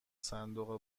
صندوق